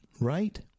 right